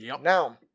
Now